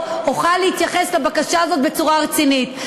אוכל להתייחס לבקשה הזאת בצורה רצינית.